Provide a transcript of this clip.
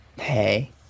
Hey